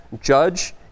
judge